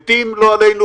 מתים, לא עלינו.